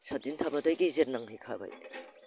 सातदिन थाब्लाथाय गेजेर नांहैखाबाय